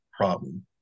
problem